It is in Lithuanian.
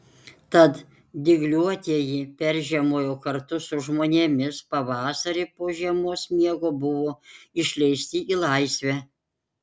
tad dygliuotieji peržiemojo kartu su žmonėmis pavasarį po žiemos miego buvo išleisti į laisvę